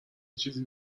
چیزی